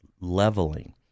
leveling